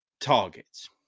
targets